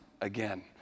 again